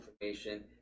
information